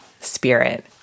spirit